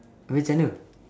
abeh macam mana